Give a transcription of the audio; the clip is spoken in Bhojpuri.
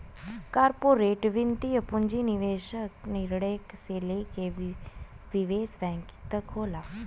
कॉर्पोरेट वित्त पूंजी निवेश निर्णय से लेके निवेश बैंकिंग तक होला